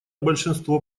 большинство